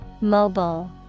Mobile